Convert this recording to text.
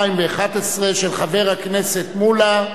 התשע"א 2011, של חבר הכנסת מולה,